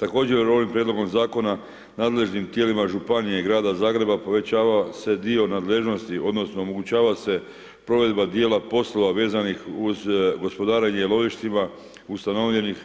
Također ovim prijedlogom zakona, nadležnim tijelima županija i grada Zagreba poveća se dio nadležnosti odnosno omogućava se provedba dijela posla vezanih uz gospodarenje lovištima ustanovljenih